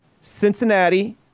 cincinnati